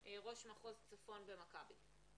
ראש מחוז צפון במכבי.